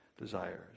desires